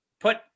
put